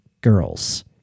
girls